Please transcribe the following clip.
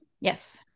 Yes